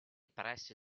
pressi